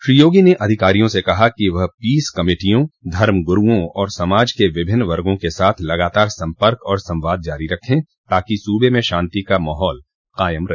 श्री योगी ने अधिकारियों से कहा कि वह पीस कमेटियों धर्म ग्रूओं और समाज के विभिन्न वर्गो क साथ लगातार सम्पर्क और संवाद जारी रखे ताकि सूबे में ॅशान्ति का माहौल कायम रहे